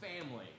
family